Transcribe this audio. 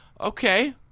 Okay